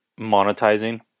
monetizing